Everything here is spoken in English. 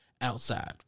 outside